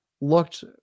looked